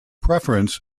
preference